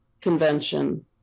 convention